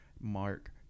Mark